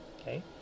okay